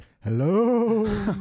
hello